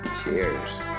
Cheers